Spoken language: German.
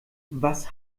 was